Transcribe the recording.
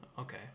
Okay